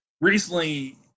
recently